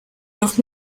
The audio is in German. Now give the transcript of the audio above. noch